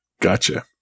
Gotcha